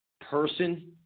person